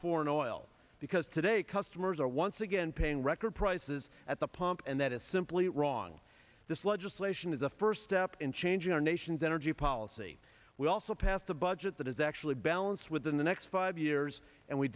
foreign oil because today customers are once again paying record prices at the pump and that is simply wrong this legislation is a first step in changing our nation's energy policy we also pass the budget that is actually balance within the next five years and we